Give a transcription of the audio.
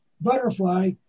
butterfly